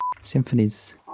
Symphonies